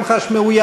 גם הייתי חש מאוים.